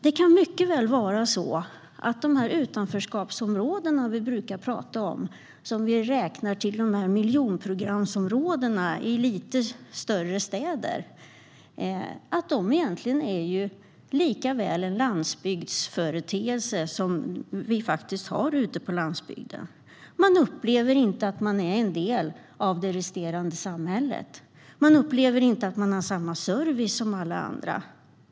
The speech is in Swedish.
Det kan mycket väl vara så att utanförskapet som vi brukar tala om är en företeelse som finns i miljonprogramsområdena i lite större städer lika väl som ute på landsbygden. Man upplever inte att man är en del av det resterande samhället. Man upplever inte att man har samma service som alla andra.